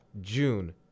June